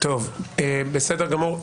בסדר גמור.